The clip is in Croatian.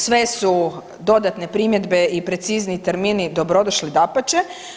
Sve su dodatne primjedbe i precizni termini dobrodošli dapače.